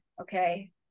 okay